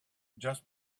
just